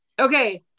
Okay